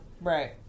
Right